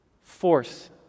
force